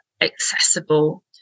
accessible